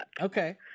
Okay